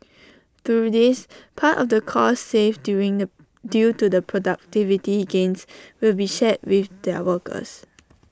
through this part of the costs saved due in A due to the productivity gains will be shared with their workers